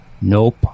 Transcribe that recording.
nope